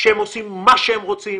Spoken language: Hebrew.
כשהם עושים מה שהם רוצים,